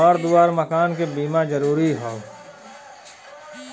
घर दुआर मकान के बीमा जरूरी हौ